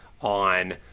On